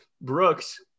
Brooks